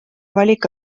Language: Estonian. valik